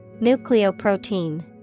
Nucleoprotein